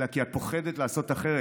אלא כי את פוחדת לעשות אחרת.